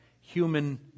human